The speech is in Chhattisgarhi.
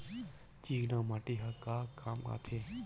चिकना माटी ह का काम आथे?